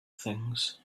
things